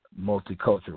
multicultural